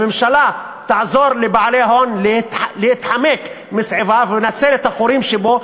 הממשלה תעזור לבעלי הון להתחמק מסעיפיו ולנצל את החורים שבו,